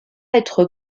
être